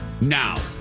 now